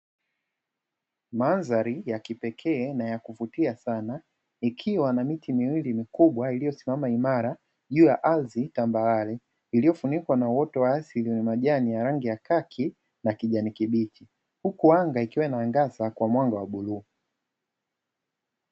Mandhari ya kipekee na ya kuvutia sana ikiwa na miti miwili mikubwa iliyosimama imara juu ya ardhi tambarare, iliyofunikwa na uoto wa asili wenye majani ya rangi ya kaki na kijani kibichi, huku anga ikiwa inaangazia kwa mwanga wa bluu.